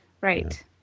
Right